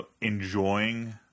enjoying